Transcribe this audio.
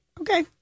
Okay